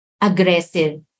aggressive